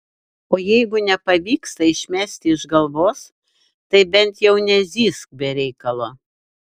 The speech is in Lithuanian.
o jeigu nepavyksta išmesti iš galvos tai bent jau nezyzk be reikalo